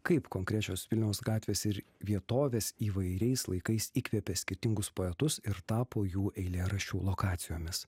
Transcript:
kaip konkrečios vilniaus gatvės ir vietovės įvairiais laikais įkvėpė skirtingus poetus ir tapo jų eilėraščių lokacijomis